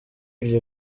iryo